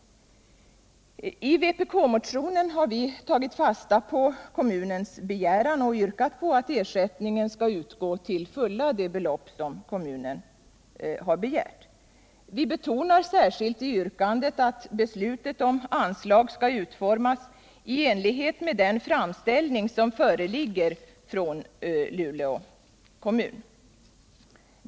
I vpk-motionen har vi tagit fasta på kommunens begäran och yrkat på att ersättningen skall utgå med hela det belopp som kommunen har begärt. Vi betonar särskilt i yrkandet att beslutet om anslag skall utformas ”i enlighet med den framställning som föreligger från Luleå kommun”.